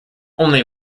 only